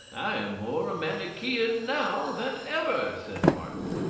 i am more a manichean now than ever, said martin.